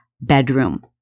bedroom